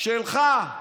שלך,